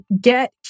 get